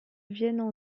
viennent